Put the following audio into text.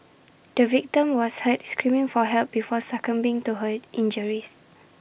the victim was heard screaming for help before succumbing to her injuries